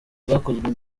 bwakozwe